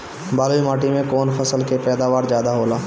बालुई माटी में कौन फसल के पैदावार ज्यादा होला?